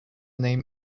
name